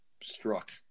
struck